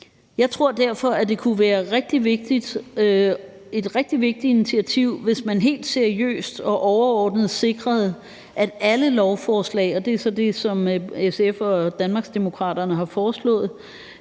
Jeg tror derfor, at det kunne være et rigtig vigtigt initiativ, hvis man helt seriøst og overordnet sikrede, at alle lovforslag – og det er så det, som SF og Danmarksdemokraterne har foreslået